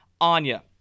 Anya